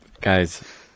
Guys